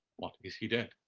what, is he dead?